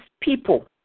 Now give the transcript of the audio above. people